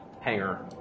Hanger